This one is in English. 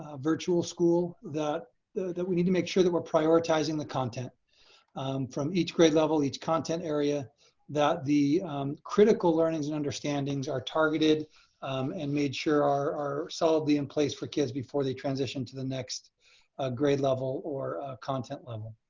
ah virtual school that we need to make sure that we're prioritizing the content from each grade level, each content area that the critical learnings and understandings are targeted and made sure are are solidly in place for kids before they transition to the next ah grade level or content level.